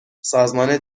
سازمان